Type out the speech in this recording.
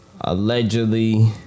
allegedly